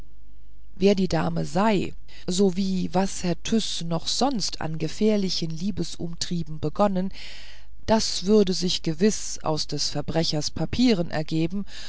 wer die dame sei sowie was herr tyß noch sonst in gefährlichen liebesumtrieben begonnen das würde sich gewiß aus des verbrechers papieren ergeben